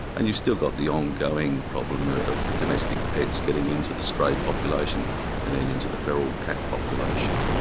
and you've still got the ongoing problem ah of domestic pets getting into the stray population and then into the feral cat population.